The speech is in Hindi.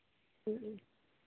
जी